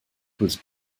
was